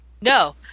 No